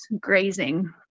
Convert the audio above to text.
grazing